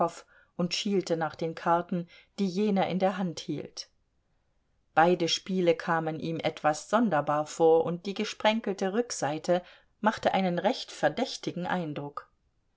und schielte nach den karten die jener in der hand hielt beide spiele kamen ihm etwas sonderbar vor und die gesprenkelte rückseite machte einen recht verdächtigen eindruck